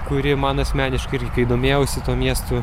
kuri man asmeniškai irgi kai domėjausi tuo miestu